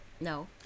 no